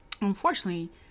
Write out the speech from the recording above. unfortunately